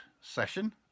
session